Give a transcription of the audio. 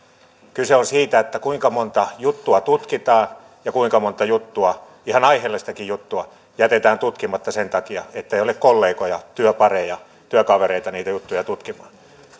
kyse on siitä kuinka monta juttua tutkitaan ja kuinka monta juttua ihan aiheellistakin juttua jätetään tutkimatta sen takia että ei ole kollegoja työpareja työkavereita niitä juttuja tutkimaan